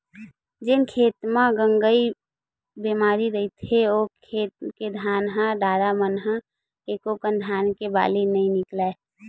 जेन खेत मन म गंगई बेमारी रहिथे ओ खेत के धान के डारा मन म एकोकनक धान के बाली नइ निकलय